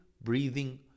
breathing